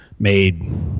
made